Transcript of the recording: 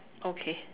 okay